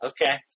Okay